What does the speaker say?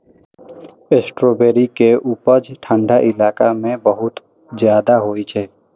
strawberry के उपज ठंढा इलाका मे बहुत ज्यादा होइ छै